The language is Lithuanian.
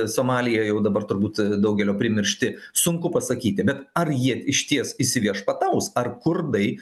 somalyje jau dabar turbūt daugelio primiršti sunku pasakyti bet ar jie išties įsiviešpataus ar kurdai